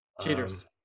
Cheaters